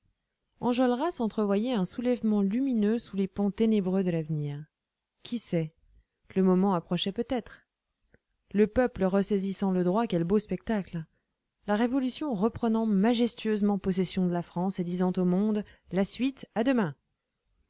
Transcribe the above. enjolras entrevoyait un soulèvement lumineux sous les pans ténébreux de l'avenir qui sait le moment approchait peut-être le peuple ressaisissant le droit quel beau spectacle la révolution reprenant majestueusement possession de la france et disant au monde la suite à demain